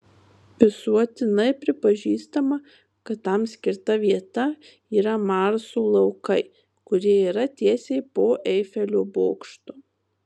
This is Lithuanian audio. visuotinai pripažįstama kad tam skirta vieta yra marso laukai kurie yra tiesiai po eifelio bokštu